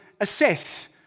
assess